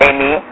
Amy